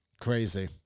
Crazy